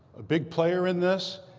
a big player in this.